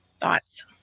thoughts